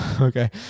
Okay